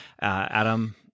adam